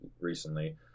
recently